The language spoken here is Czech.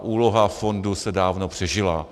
Úloha fondu se dávno přežila.